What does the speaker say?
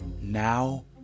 Now